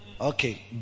Okay